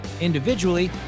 individually